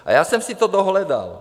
A já jsem si to dohledal.